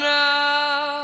now